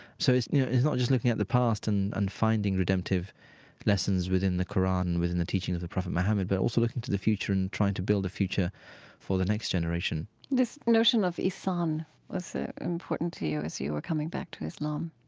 so it's you know it's not just looking at the past and and finding redemptive lessons within the qur'an, within the teaching of the prophet mohammed, but also looking to the future and trying to build a future for the next generation this notion of ihsan was important to you as you were coming back to islam